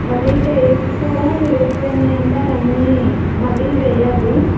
మళ్ళీ టైల్స్ కూడా విరిగిపోయాయి అండి అవన్నీ మళ్ళీ వెయ్యాలి